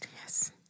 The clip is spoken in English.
yes